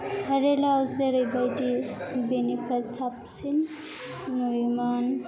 रियेलआव जेरैबायदि बेनिख्रुइ साबसिन नुयोमोन